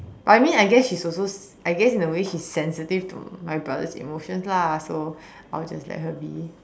I mean I guess it's also I guess in a way she's sensitive to my brother's emotions lah so I'll just let her be